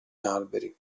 alberi